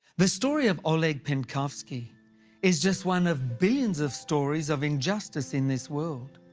the story of oleg penkovsky is just one of billions of stories of injustice in this world.